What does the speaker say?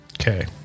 Okay